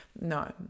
No